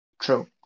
True